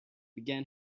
began